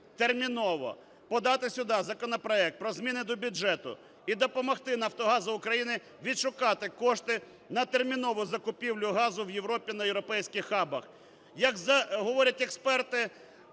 Терміново подати сюди законопроект про зміни до бюджету і допомогти "Нафтогазу України" відшукати кошти на термінову закупівлю газу в Європі на європейських хабах.